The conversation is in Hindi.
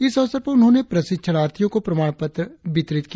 इस अवसर पर उन्होंने प्रशिक्षणार्थियो को प्रमाण पत्र वितरित किया